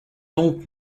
donc